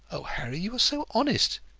oh, harry, you are so honest!